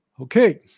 Okay